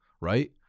right